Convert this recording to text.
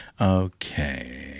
Okay